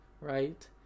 right